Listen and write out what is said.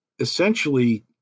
essentially